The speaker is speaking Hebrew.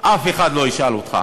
אף אחד לא ישאל אותך,